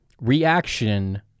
reaction